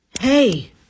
Hey